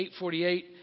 848